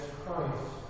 Christ